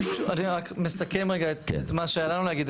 אני רק מסכם רגע את מה שהיה לנו להגיד.